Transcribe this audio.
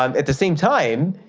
ah at the same time,